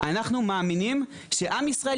בכל שעה.